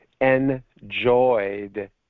enjoyed